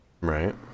Right